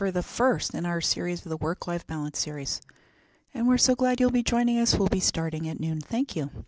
for the first in our series of the work life balance series and we're so glad you'll be joining us we'll be starting at noon thank you